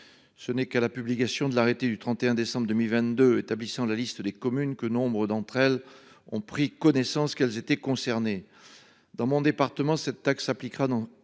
Ce n'est qu'à la publication de l'arrêté du 31 décembre 2022, établissant la liste des communes que nombre d'entre elles ont pris connaissance qu'elles étaient concernés. Dans mon département. Cette taxe s'appliquera dans